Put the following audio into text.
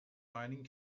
mining